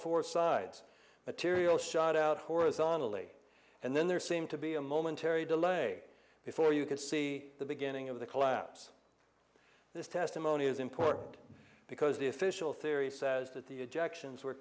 four sides materials shot out horizontally and then there seemed to be a momentary delay before you could see the beginning of the collapse this testimony is important because the official theory says that the objections were